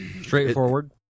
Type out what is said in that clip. Straightforward